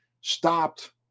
stopped